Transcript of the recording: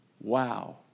Wow